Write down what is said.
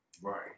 Right